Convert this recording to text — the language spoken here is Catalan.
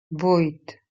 vuit